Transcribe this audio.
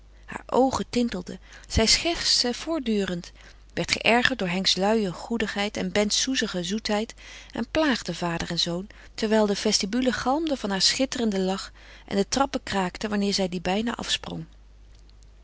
haar oogen tintelden zij schertste voortdurend werd geërgerd door henks luie goedigheid en bens soezige zoetheid en plaagde vader en zoon terwijl de vestibule galmde van haar schitterenden lach en de trappen kraakten wanneer zij die bijna afsprong